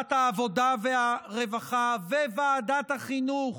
ועדת העבודה והרווחה וועדת החינוך,